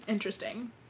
Interesting